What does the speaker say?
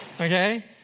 Okay